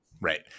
Right